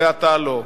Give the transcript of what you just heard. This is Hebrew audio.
ואתה לא.